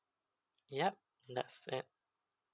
yup that's it